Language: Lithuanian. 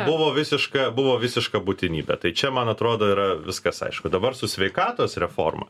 buvo visiška buvo visiška būtinybė tai čia man atrodo yra viskas aišku dabar su sveikatos reforma